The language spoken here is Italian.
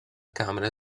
camera